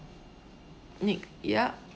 nick yup